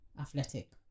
athletic